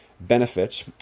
benefits